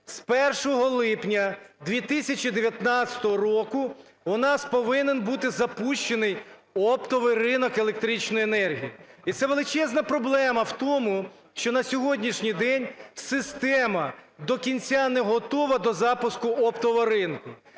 з 1 липня 2019 року у нас повинен бути запущений оптовий ринок електричної енергії. І це величезна проблема в тому, що на сьогоднішній день система до кінця не готова до запуску оптового ринку.